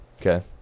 Okay